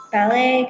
Ballet